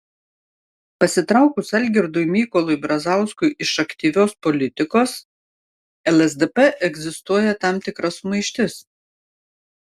pasitraukus algirdui mykolui brazauskui iš aktyvios politikos lsdp egzistuoja tam tikra sumaištis